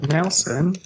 Nelson